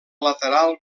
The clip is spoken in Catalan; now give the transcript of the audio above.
lateral